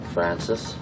Francis